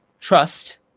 trust